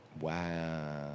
Wow